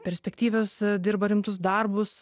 perspektyvios dirba rimtus darbus